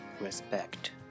respect